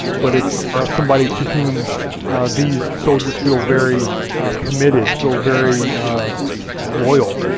but it's somebody to whom these soldiers feel very committed, feel very loyal,